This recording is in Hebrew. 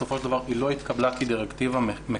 בסופו של דבר היא לא התקבלה כדירקטיבה מחייבת